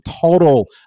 total